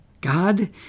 God